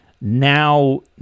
now